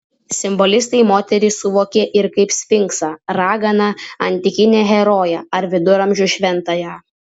simbolistai moterį suvokė ir kaip sfinksą raganą antikinę heroję ar viduramžių šventąją